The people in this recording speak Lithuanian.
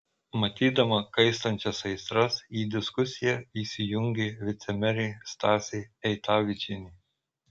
matydama kaistančias aistras į diskusiją įsijungė vicemerė stasė eitavičienė